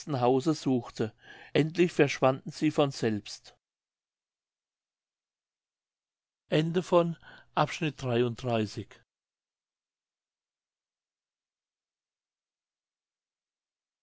hause suchte endlich verschwanden sie von selbst